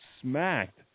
smacked